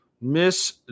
Miss